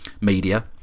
media